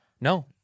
no